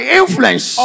influence